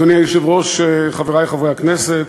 אדוני היושב-ראש, חברי חברי הכנסת,